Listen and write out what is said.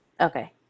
okay